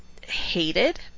hated